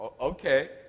okay